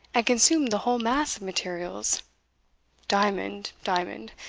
and consumed the whole mass of materials diamond, diamond,